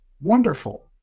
Wonderful